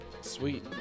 Sweet